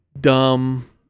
dumb